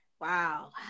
wow